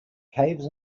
caves